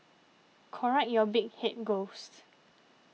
correct your big head ghost